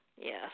yes